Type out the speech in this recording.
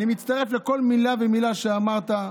אני מצטרף לכל מילה ומילה שאמרת.